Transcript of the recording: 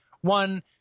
one